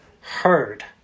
heard